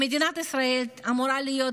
מדינת ישראל אמורה להיות